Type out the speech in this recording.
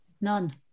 None